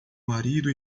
marido